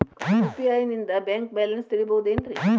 UPI ನಿಂದ bank balance ತಿಳಿಬಹುದೇನ್ರಿ?